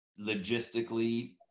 logistically